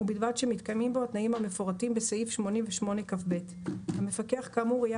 ובלבד שמתקיימים בו התנאים המפורטים בסעיף 88כב. המפקח כאמור יהיה